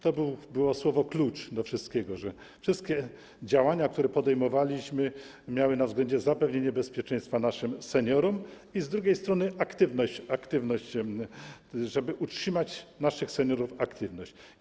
To było słowo klucz do wszystkiego, że wszystkie działania, które podejmowaliśmy, miały na względzie zapewnienie bezpieczeństwa naszym seniorom, a z drugiej strony - aktywność, żeby utrzymać naszych seniorów w aktywności.